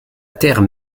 terre